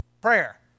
prayer